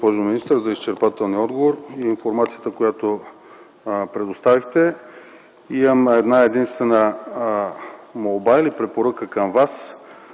за изчерпателния отговор и информацията, която предоставихте. Имам една-единствена молба или препоръка към Вас